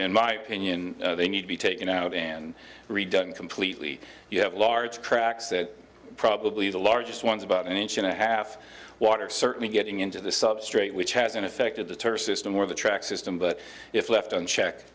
in my opinion they need to be taken out and redone completely you have large cracks that probably the largest ones about an inch and a half water certainly getting into the substrate which hasn't affected the tourist system or the track system but if left unchecked